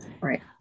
Right